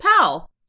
pal